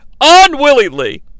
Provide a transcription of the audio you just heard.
Unwillingly